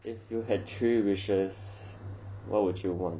if you had three wishes what would you want